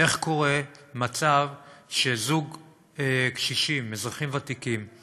איך קורה מצב שזוג קשישים, אזרחים ותיקים,